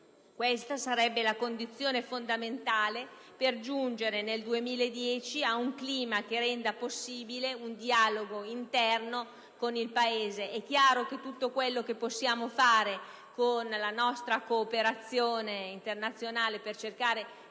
Questa sarebbe la condizione fondamentale per giungere, nel 2010, ad un clima che renda possibile un dialogo interno con il Paese. È chiaro che tutto quello che possiamo fare con la nostra cooperazione internazionale per cercare